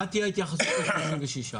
מה תהיה ההתייחסות ל-36?